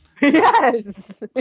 Yes